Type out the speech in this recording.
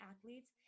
athletes